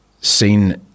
seen